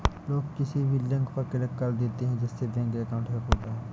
लोग किसी भी लिंक पर क्लिक कर देते है जिससे बैंक अकाउंट हैक होता है